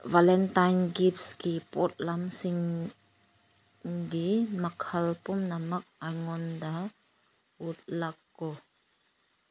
Valentine ꯒꯤꯐꯀꯤ ꯄꯣꯠꯂꯝꯁꯤꯡꯒꯤ ꯃꯈꯜ ꯄꯨꯝꯅꯃꯛ ꯑꯩꯉꯣꯟꯗ ꯎꯠꯂꯛꯎ